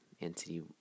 entity